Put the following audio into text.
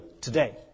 today